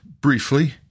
briefly